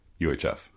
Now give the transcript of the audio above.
UHF